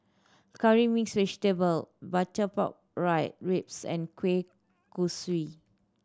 Curry Mixed Vegetable butter pork rib ribs and kueh kosui